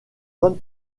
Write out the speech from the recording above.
bonne